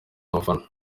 abafana